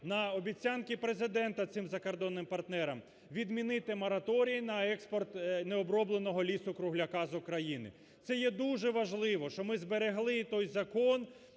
на обіцянки Президента цим закордонним партнерам, відмінити мораторій на експорт не обробленого лісу-кругляка з України. Це є дуже важливо, що ми зберегли той Закон